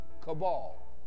cabal